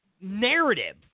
narrative